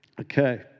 okay